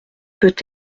peut